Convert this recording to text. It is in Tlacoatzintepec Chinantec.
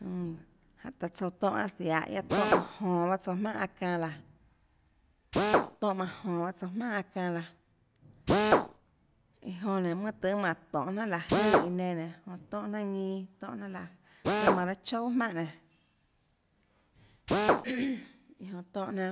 Jùnã jánhå taã tsouã tónhã â ziahå guía tónhã manâ jonå bahâ tsouã jmaùhà aâ çanâ laãtónhã manâ jonå bahâ tsouã jmaùhà aâ çanâ laã iã jonã nénã mønâ tøhê manã tonê jnanà láhå jøè iã nenã nénãtónhå jnanà ñinâ tónhã jnanà láhå jøè tøhê manã raâ choúà jmaùnhà nenã iã jonã tónhã